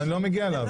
תקרא לסדר.